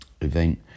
event